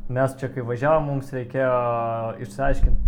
mes čia kai važiavom mums reikėjo išsiaiškint